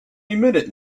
minute